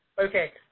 Okay